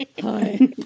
hi